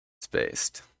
Spaced